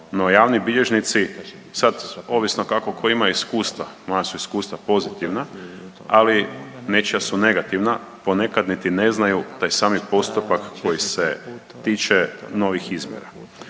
no javni bilježnici sad ovisno kako tko ima iskustva, moja su iskustva pozitivna, ali nečija su negativna ponekad niti ne znaju da je sami postupak koji se tiče novih izbora.